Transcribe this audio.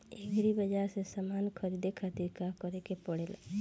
Agri बाज़ार से समान ख़रीदे खातिर का करे के पड़ेला?